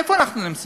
איפה אנחנו נמצאים?